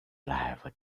lähevad